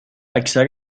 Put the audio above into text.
اکثر